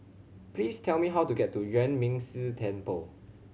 please tell me how to get to Yuan Ming Si Temple